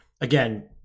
again